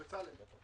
בצלאל.